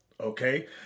okay